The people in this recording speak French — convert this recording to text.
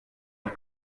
les